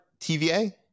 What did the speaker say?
TVA